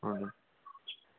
हजुर